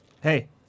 Hey